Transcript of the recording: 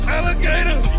Alligator